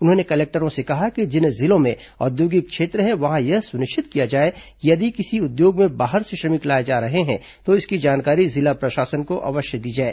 उन्होंने कलेक्टरों से कहा कि जिन जिलों में औद्योगिक क्षेत्र है वहां यह सुनिश्चित किया जाए कि यदि किसी उद्योग में बाहर से श्रमिक लाए जा रहे हैं तो इसकी जानकारी जिला प्रशासन को अवश्य दी जाए